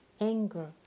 anger